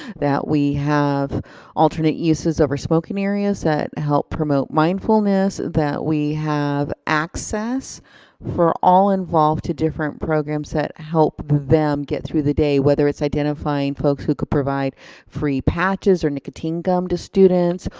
that we have alternate uses of our smoking areas, that help promote mindfulness that we have access for all involved, to different programs that help them get through the day. whether it's identifying folks who could provide free patches, or nicotine gum to students.